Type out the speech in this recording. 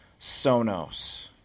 Sonos